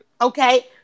Okay